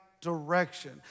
direction